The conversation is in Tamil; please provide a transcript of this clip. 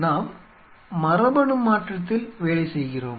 நாம் மரபணுமாற்றத்தில் வேலை செய்கிறோமா